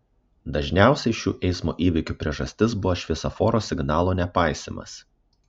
dažniausiai šių eismo įvykių priežastis buvo šviesoforo signalo nepaisymas